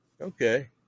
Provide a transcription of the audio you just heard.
Okay